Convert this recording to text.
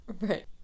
Right